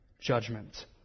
judgment